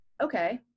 okay